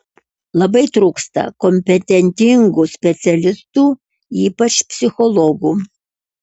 labai trūksta kompetentingų specialistų ypač psichologų